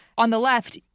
on the left,